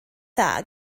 dda